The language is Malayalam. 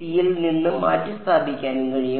വ്യക്തിയിൽ നിന്ന് മാറ്റിസ്ഥാപിക്കാനും കഴിയും